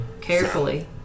Carefully